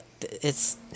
It's-